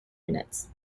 units